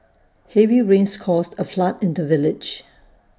heavy rains caused A flood in the village